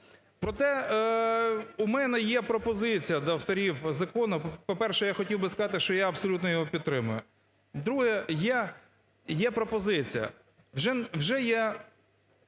Проте у мене є пропозиція до авторів закону. По-перше, я хотів би сказати, що я абсолютно його підтримую. Друге, є пропозиція, вже є,